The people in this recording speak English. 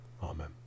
Amen